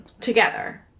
together